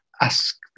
ask